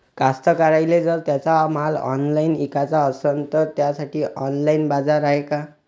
कास्तकाराइले जर त्यांचा माल ऑनलाइन इकाचा असन तर त्यासाठी ऑनलाइन बाजार हाय का?